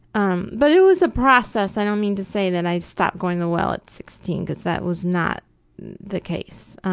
um but it was a process, i don't mean to say that i stopped going to the well at sixteen cause that was not the case.